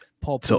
Paul